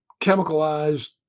chemicalized